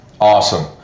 Awesome